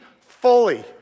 fully